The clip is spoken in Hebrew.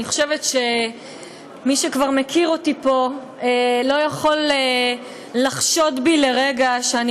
אני חושבת שמי שכבר מכיר אותי פה לא יכול לחשוד בי לרגע שאני